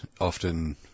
often